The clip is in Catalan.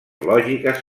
lògiques